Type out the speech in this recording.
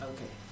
Okay